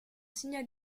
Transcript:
signal